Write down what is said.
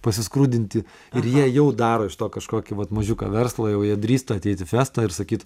pasiskrudinti ir jie jau daro iš to kažkokį vat mažiuką verslą jau jie drįsta ateit į festą ir sakyt